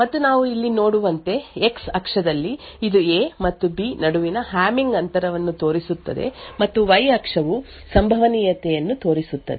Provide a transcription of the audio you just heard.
ಮತ್ತು ನಾವು ಇಲ್ಲಿ ನೋಡುವಂತೆ ಎಕ್ಸ್ ಅಕ್ಷದಲ್ಲಿ ಇದು ಎ ಮತ್ತು ಬಿ ನಡುವಿನ ಹ್ಯಾಮಿಂಗ್ ಅಂತರವನ್ನು ತೋರಿಸುತ್ತದೆ ಮತ್ತು ವೈ ಅಕ್ಷವು ಸಂಭವನೀಯತೆಯನ್ನು ತೋರಿಸುತ್ತದೆ